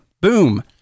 boom